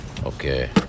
Okay